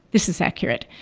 this is accurate.